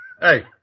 Hey